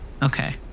Okay